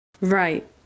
Right